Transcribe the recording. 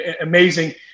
amazing